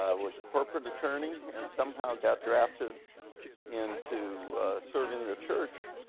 um was a corporate attorney and somehow got drafted into serving the church.